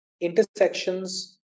intersections